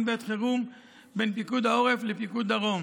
בעת חירום בין פיקוד העורף לפיקוד דרום.